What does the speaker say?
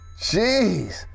Jeez